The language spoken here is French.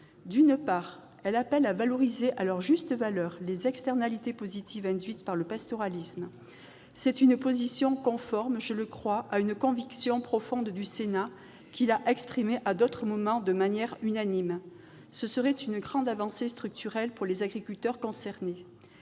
D'une part, elle appelle à valoriser à leur juste valeur les externalités positives induites par le pastoralisme. C'est une position conforme, je le crois, à une conviction profonde du Sénat, qu'il a exprimée à d'autres moments de manière unanime. Ce serait une grande avancée structurelle pour les agriculteurs concernés.